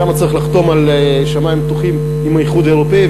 שם צריך לחתום על שמים פתוחים עם האיחוד האירופי,